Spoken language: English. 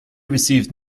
received